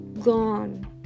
gone